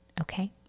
okay